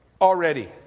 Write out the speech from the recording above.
already